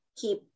keep